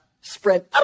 spread